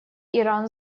иран